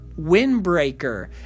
windbreaker